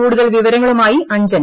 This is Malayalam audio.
കൂടുതൽ വിവരങ്ങളുമായുി അഞ്ജന